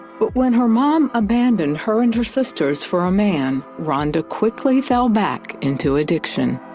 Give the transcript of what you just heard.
but when her mom abandoned her and her sisters for a man, rhonda quickly fell back into addiction.